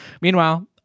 meanwhile